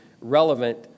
relevant